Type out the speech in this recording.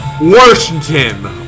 Washington